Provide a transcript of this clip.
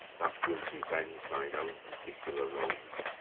that wilt revenge thine own particular wrongs,